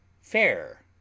fair